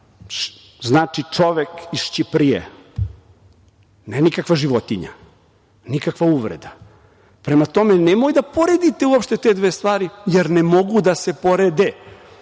znači – čovek iz Ćiprije, ne nikakva životinja, nikakva uvreda. Prema tome, nemojte da poredite uopšte te dve stvari, jer ne mogu da se porede.